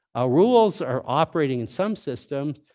ah rules are operating in some systems,